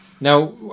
Now